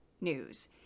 news